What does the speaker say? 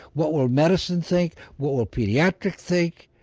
what will medicine think, what will paediatrics think?